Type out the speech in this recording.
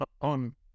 on